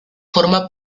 forma